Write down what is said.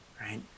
Right